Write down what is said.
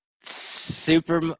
super